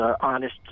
honest